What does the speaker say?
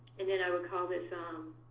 and then i would call this um